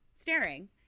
staring